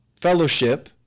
fellowship